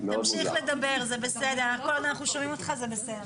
אבל למיטב הבנתי הוא כרגע